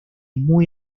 muy